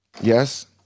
Yes